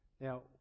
Now